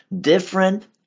different